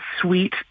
sweet